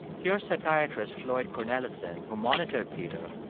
here's psychiatrist floyd cornelison, who monitored peter,